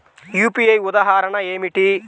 UPI ఉదాహరణ ఏమిటి?